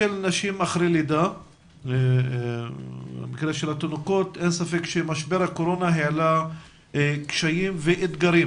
לגבי נשים לאחר לידה - אין ספק שמשבר הקורונה העלה קשיים ואתגרים